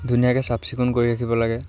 ধুনীয়াকৈ চাফ চিকুণ কৰি ৰাখিব লাগে